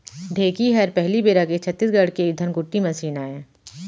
ढेंकी हर पहिली बेरा के छत्तीसगढ़ के धनकुट्टी मसीन आय